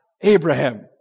Abraham